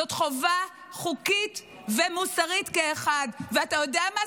זאת חובה חוקית ומוסרית כאחד, ואתה יודע מה?